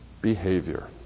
behavior